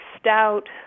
Stout